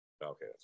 Okay